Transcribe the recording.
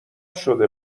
شده